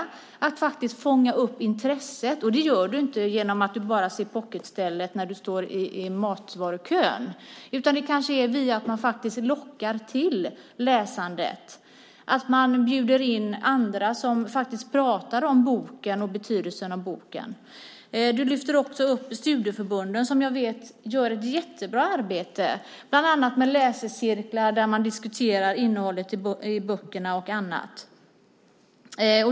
Man måste fånga upp intresset, och det gör man inte genom ett pocketställ i en matvarukö. Man måste locka till läsandet och bjuda in andra som faktiskt pratar om boken och betydelsen av boken. Du lyfter också fram studieförbunden som jag vet gör ett jättebra arbete bland annat med läsecirklar där man diskuterar innehållet i böckerna och annat.